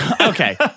Okay